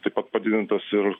taip pat padidintas ir